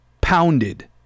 pounded